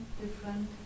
different